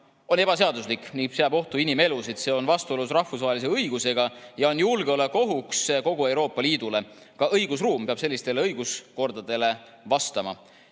on ebaseaduslik ning seab ohtu inimelusid. See on vastuolus rahvusvahelise õigusega ja on julgeolekuohuks kogu Euroopa Liidule. Ka õigusruum peab sellistele õiguskordadele vastama. Eelnõu